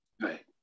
Right